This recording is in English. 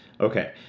Okay